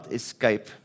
escape